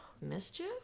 Mischief